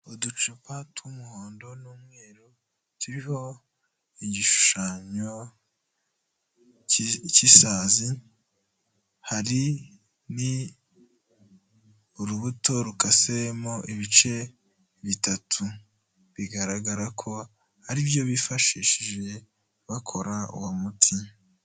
Uducupa tw'umuhondo n'umweru, turiho igishushanyo cy'isazi, hari n'urubuto rukasemo ibice bitatu, bigaragara ko ari byo bifashishije bakora uwo muti.